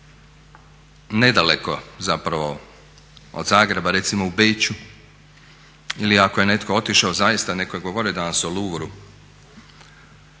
nedaleko zapravo od Zagreba recimo u Beču ili ako je netko otišao zaista, netko je govorio danas o Louvreu